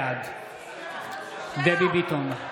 בעד דבי ביטון,